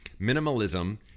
minimalism